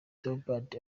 theobald